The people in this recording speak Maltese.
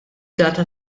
data